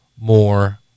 more